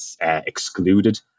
excluded